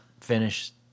finish